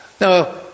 Now